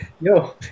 Yo